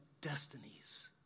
destinies